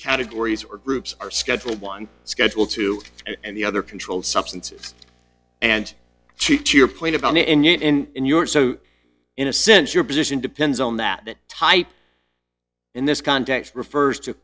categories or groups are schedule one schedule two and the other controlled substances and cheap to your point about and your so in a sense your position depends on that type in this context refers to